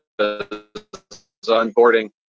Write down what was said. onboarding